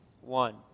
one